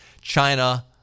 China